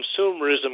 consumerism